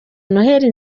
noheli